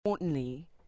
Importantly